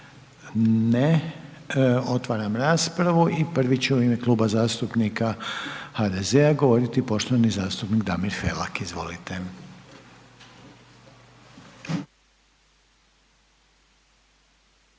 Ne. Otvaram raspravu i prvi će u ime Kluba zastupnika HDZ-a govoriti poštovani zastupnik Damir Felak, izvolite.